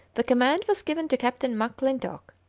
the command was given to captain m'clintock,